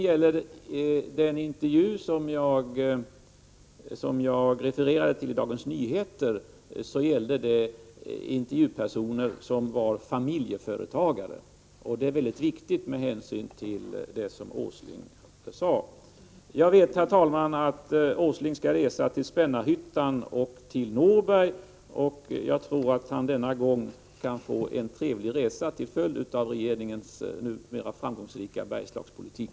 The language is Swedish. I den artikel som jag refererade till i Dagens Nyheter var de intervjuade personerna familjeföretagare. Det är mycket viktigt med hänsyn till det som herr Åsling sade. Jag vet, herr talman, att herr Åsling skall resa till Spännarhyttan och Norberg. Jag tror att han denna gång kan få en trevlig resa, till följd av regeringens numera framgångsrika Bergslagspolitik.